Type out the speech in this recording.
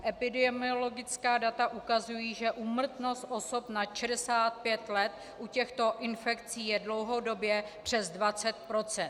Epidemiologická data ukazují, že úmrtnost osob nad 65 let u těchto infekcí je dlouhodobě přes 20 %.